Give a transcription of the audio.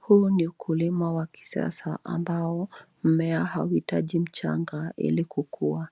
Huu ni ukulima wa kisasa ambao mmea hauhitaji mchanga ili kukua.